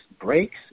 breaks